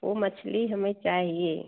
वो मछली हमें चाहिए